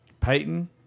Peyton